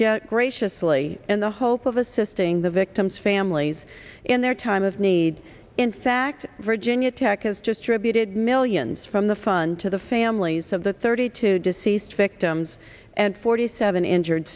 just graciously in the hope of assisting the victims families and the time of need in fact virginia tech has just tributed millions from the fund to the families of the thirty two deceased victims and forty seven injured